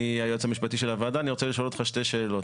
אני היועץ המשפטי של הוועדה ואני רוצה לשאול אותך שתי שאלות.